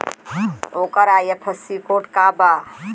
ओकर IFSC code का बा?